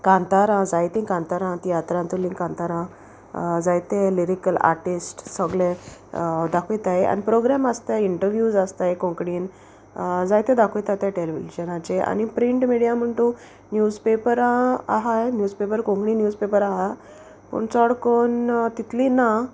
कांतारां जायती कांतारां तियात्रांतुलीं कांतारां जायते लिरिकल आर्टिस्ट सोगले दाखयताय आनी प्रोग्रेम आसताय इंटरव्यूज आसताय कोंकणीन जायते दाखयताय टॅलिविजनाचे आनी प्रिंट मिडिया म्हण तूं न्यूज पेपरां आहाय न्यूज पेपर कोंकणी न्यूज पेपर आहा पूण चोड कोन्न तितली ना